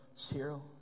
Zero